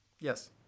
Yes